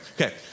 Okay